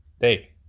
day